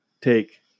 take